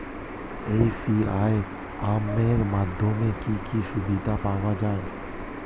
UPI app এর মাধ্যমে কি কি সুবিধা পাওয়া যায়?